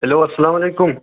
hello اسَلامُ علیکُم